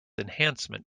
enhancement